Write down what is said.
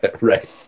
Right